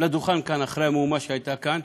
לדוכן כאן אחרי המהומה שהייתה כאן